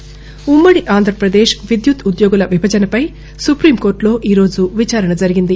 విద్యుత్ ఉమ్మడి ఆంధ్రప్రదేశ్ విద్యుత్ ఉద్యోగుల విభజనపై సుప్రీంకోర్లులో ఈ రోజు విచారణ జరిగింది